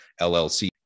LLC